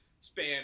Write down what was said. span